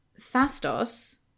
Fastos